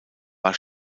war